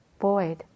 void